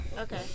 Okay